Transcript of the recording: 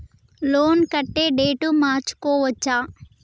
Loan కట్టే date మార్చుకోవచ్చా?